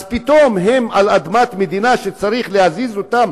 אז פתאום הם על אדמת מדינה וצריך להזיז אותם